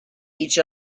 each